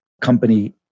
company